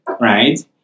right